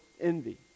envy